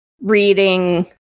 reading